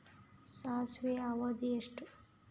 ಸಾಸಿವೆಯ ಅವಧಿ ಎಷ್ಟು?